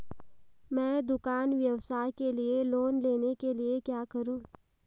मैं दुकान व्यवसाय के लिए लोंन लेने के लिए क्या करूं?